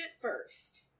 first